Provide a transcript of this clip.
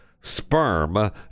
sperm